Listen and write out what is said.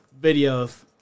videos